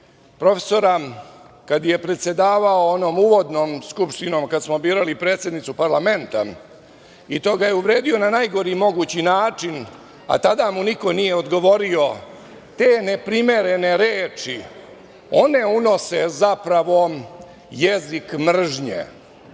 profesora kada je predsedavao onom uvodnom Skupštinom kad smo birali predsednicu parlamenta i to ga je uvredio na najgori mogući način, a tada mu niko nije odgovorio. Te neprimerene reči one unose zapravo jezik mržnje,